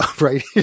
Right